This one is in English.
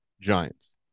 Giants